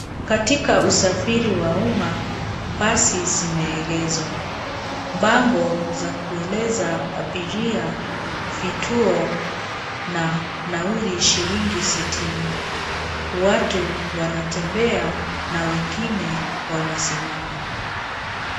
Katika usafiri wa umma, basi zimeegeshwa. Bango za kueleza abiria vituo na nauli shilingi sitini. Watu wanatembea na wengine wamesimama.